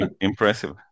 Impressive